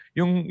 yung